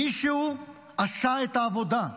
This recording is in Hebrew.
מישהו עשה את העבודה.